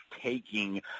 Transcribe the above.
taking